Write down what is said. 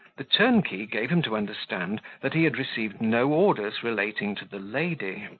the turnkey gave him to understand that he had received no orders relating to the lady,